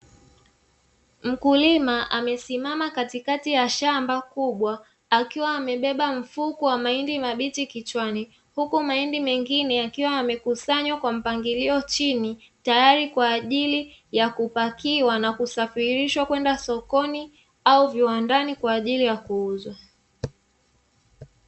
Mkulima amesimama katikati ya shamba kubwa, akiwa amebeba mfuko wa mahindi mabichi kichwani, huku mahindi mengine yakiwa yamekusanywa kwa mpangilio chini, tayari kwa ajili ya kupakiwa na kusafirishwa kwenda sokoni au viwandani kwa ajili ya kuuzwa.